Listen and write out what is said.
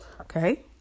okay